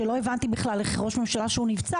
שלא הבנתי בכלל איך ראש ממשלה שהוא נבצר